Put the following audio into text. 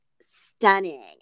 stunning